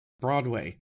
Broadway